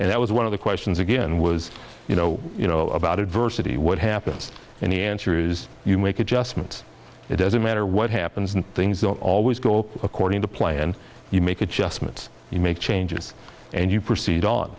and that was one of the questions again was you know you know about adversity what happens when the answer is you make adjustments it doesn't matter what happens and things don't always go according to plan and you make adjustments you make changes and you proceed on